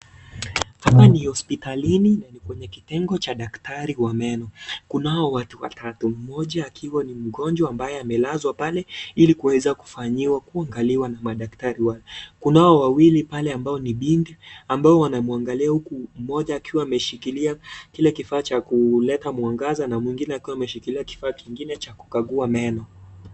Hapa ni hospitalini kwenye kitengo cha daktari wa meno . Kunao watu watatu, moja akiwa ni mgonjwa ambaye amelazwa pale ili kuweza kufanyiwa kuangaliwa na madaktari wao, kunao wawili pale ambapo ni binti ambao wanamuangalia huku mmoja akiwa ameshikilia kile kifaa cha kuleta mwangaza na mwingine akiwa ameshikilia kifaa kingine cha kukagua meno.